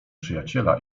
przyjaciela